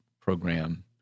program